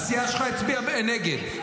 הסיעה שלך הצביעה נגד.